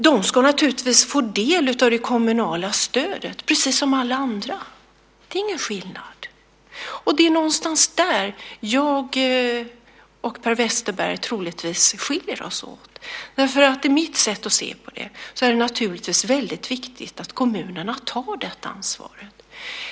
De ska naturligtvis få del av det kommunala stödet, precis som alla andra. Där finns ingen skillnad. Det är någonstans där som jag och Per Westerberg troligtvis skiljer oss åt. Med mitt sätt att se är det givetvis mycket viktigt att kommunerna tar det ansvaret.